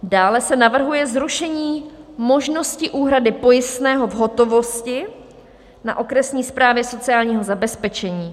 Dále se navrhuje zrušení možnosti úhrady pojistného v hotovosti na okresní správě sociálního zabezpečení.